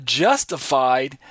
justified